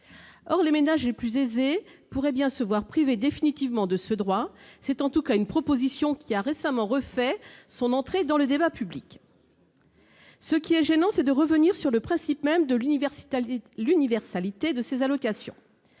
Or les ménages les plus aisés pourraient bien se voir privés définitivement de ce droit- c'est en tout cas une proposition qui a récemment refait son entrée dans le débat public. Ce qui est gênant, c'est de revenir sur le principe même de l'universalité de ces allocations.